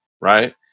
Right